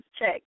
check